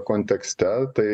kontekste tai